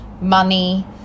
money